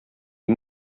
die